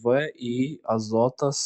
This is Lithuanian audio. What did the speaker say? vį azotas